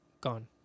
gone